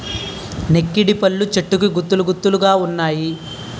నెక్కిడిపళ్ళు చెట్టుకు గుత్తులు గుత్తులు గావున్నాయి